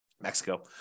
Mexico